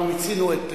אנחנו מיצינו,